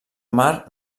mar